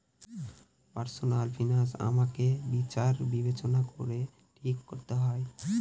personal finance আমাকে বিচার বিবেচনা করে ঠিক করতে হয়